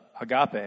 agape